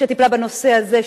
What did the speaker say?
שטיפלה בנושא הזה,